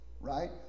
right